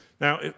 Now